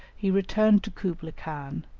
he returned to kublai-khan,